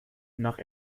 nach